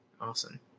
awesome